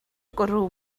gwrw